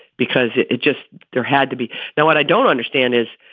because it it just there had to be. now, what i don't understand is,